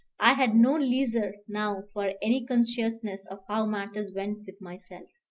i had no leisure now for any consciousness of how matters went with myself.